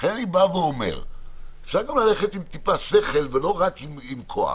לכן אני בא ואומר שאפשר ללכת גם עם טיפה שכל ולא רק עם כוח,